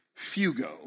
Fugo